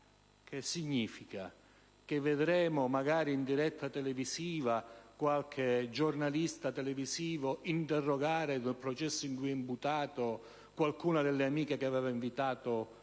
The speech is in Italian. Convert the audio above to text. cosa significa? Che vedremo magari in diretta televisiva qualche giornalista interrogare, nel processo in cui è imputato, qualcuna delle amiche che aveva invitato alle